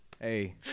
hey